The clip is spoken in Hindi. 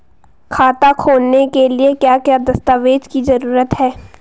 खाता खोलने के लिए क्या क्या दस्तावेज़ की जरूरत है?